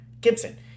Gibson